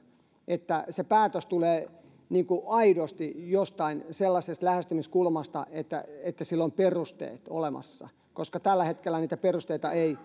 että päätös tulee aidosti jostain sellaisesta lähestymiskulmasta että sillä on perusteet olemassa koska tällä hetkellä niitä perusteita ei